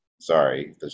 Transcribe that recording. Sorry